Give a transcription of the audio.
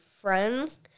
friends